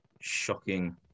shocking